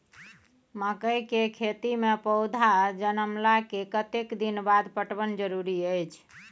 मकई के खेती मे पौधा जनमला के कतेक दिन बाद पटवन जरूरी अछि?